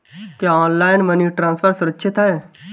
क्या online money transfer सुरक्षित है?